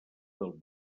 del